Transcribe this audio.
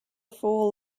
fool